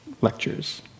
lectures